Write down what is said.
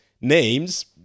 names